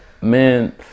man